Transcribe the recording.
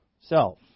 self